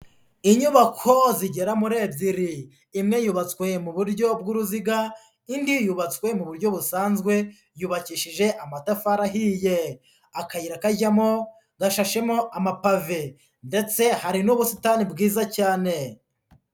Inyubako zigera muri ebyiri, imwe yubatswe mu buryo bw'uruziga, indi yubatswe mu buryo busanzwe, yubakishije amatafari ahiye, akayira kajyamo gashashemo amapave ndetse hari n'ubusitani bwiza cyane.